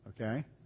Okay